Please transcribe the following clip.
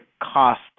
cost